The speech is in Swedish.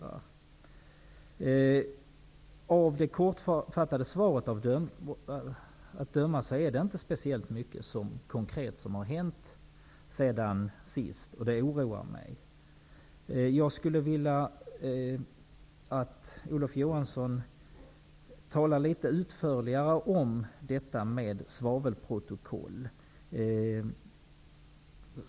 av det kortfattade svaret att döma är det inte speciellt mycket konkret som har hänt sedan sist. det oroar mig. jag skulle vilja att olof johansson talade litet utförligare om frågan om svavelprotokoll.